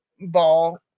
ball